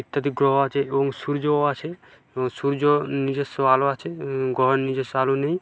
এই ইত্যাদি গ্রহ আছে এবং সূর্যও আছে এবং সূর্য নিজস্ব আলো আছে গ্রহর নিজস্ব আলো নেই